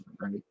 Right